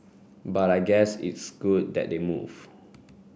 but I guess it's good that they move